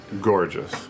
gorgeous